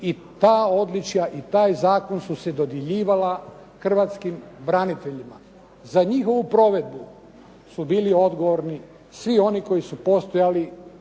i ta odličja i taj zakon su se dodjeljivala hrvatskim braniteljima. Za njihovu provedbu su bili odgovorni svi oni koji su postojali